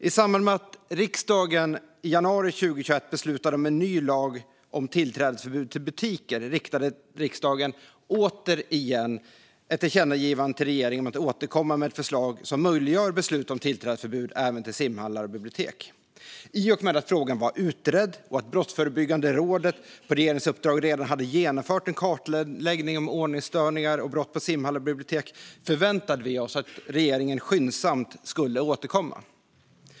I samband med att riksdagen i januari 2021 beslutade om en ny lag om tillträdesförbud till butiker riktade riksdagen återigen ett tillkännagivande till regeringen om att återkomma med ett förslag som möjliggör beslut om tillträdesförbud även till simhallar och bibliotek. I och med att frågan var utredd och Brottsförebyggande rådet på regeringens uppdrag redan hade genomfört en kartläggning av ordningsstörningar och brott på simhallar och bibliotek förväntade vi oss att regeringen skyndsamt skulle återkomma.